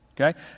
Okay